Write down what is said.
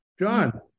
John